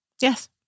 Yes